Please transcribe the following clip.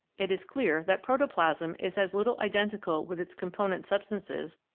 it is clear that protoplasm is as little identical with its component substances,